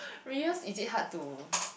Reyus is it hard to